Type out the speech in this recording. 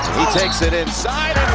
he takes it inside